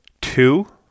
two